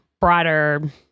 broader